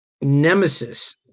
nemesis